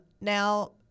Now